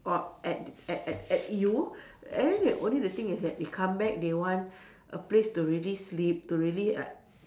or at at at at U and then they only the thing is that they come back they want a place to really sleep to really like